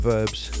Verbs